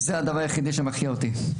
זה הדבר היחידי שמחייה אותי,